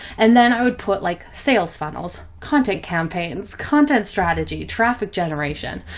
and then i would put like. sales funnels, content campaigns, content strategy, traffic generation.